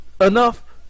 enough